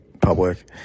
public